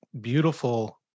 beautiful